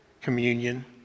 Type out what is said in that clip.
communion